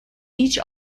each